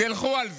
תלכו על זה.